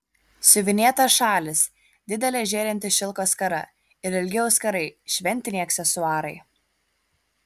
siuvinėtas šalis didelė žėrinti šilko skara ir ilgi auskarai šventiniai aksesuarai